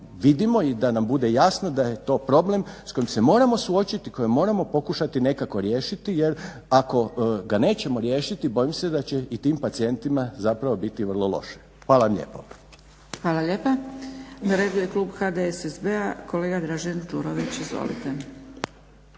i da nam bude jasno da je to problem s kojim se moramo suočiti kojeg moramo pokušati nekako riješiti jer ako ga nećemo riješiti bojim se da će i tim pacijentima zapravo biti vrlo loše. Hvala vam lijepo. **Zgrebec, Dragica (SDP)** Na redu je Klub HDSSB-a i kolega Dražen Đurović. Izvolite.